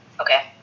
okay